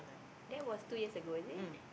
that was two years ago is it